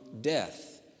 death